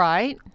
Right